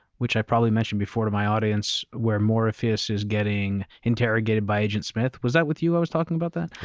which i probably mentioned before to my audience where morpheus is getting interrogated by agent smith. was that with you i was talking about that?